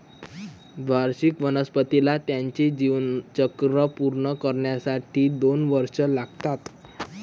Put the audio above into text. द्विवार्षिक वनस्पतीला त्याचे जीवनचक्र पूर्ण करण्यासाठी दोन वर्षे लागतात